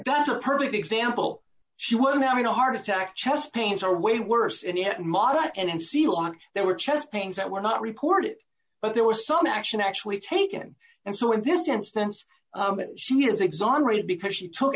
that's a perfect example she was having a heart attack chest pains are way worse and yet modern and ceylon there were chest pains that were not reported but there was some action actually taken and so in this instance she was exonerated because she took